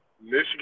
Michigan